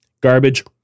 Garbage